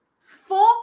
four